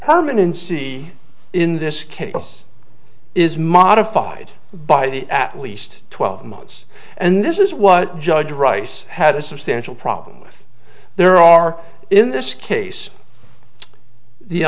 and in see in this case is modified by at least twelve months and this is what judge rice had a substantial problem with there are in this case the